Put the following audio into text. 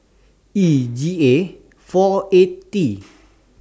E G A four eight T